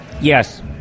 Yes